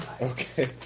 Okay